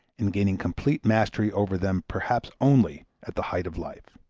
and gaining complete mastery over them perhaps only at the height of life.